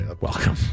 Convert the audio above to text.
welcome